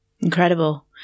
Incredible